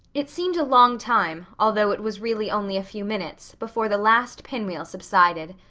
it seemed a long time, although it was really only a few minutes, before the last pinwheel subsided.